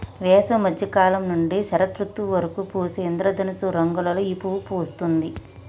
వేసవి మద్య కాలం నుంచి శరదృతువు వరకు పూసే ఇంద్రధనస్సు రంగులలో ఈ పువ్వు పూస్తుంది